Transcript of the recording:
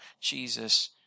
Jesus